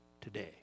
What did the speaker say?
today